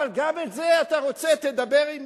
אבל גם את זה אתה רוצה, תדבר עם